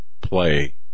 play